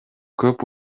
көп